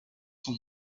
son